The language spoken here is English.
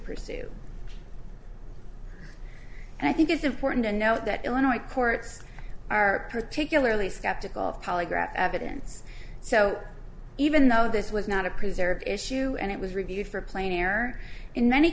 pursue and i think it's important to note that illinois courts are particularly skeptical of polygraph evidence so even though this was not a preserve issue and it was reviewed for plain error in many